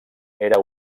era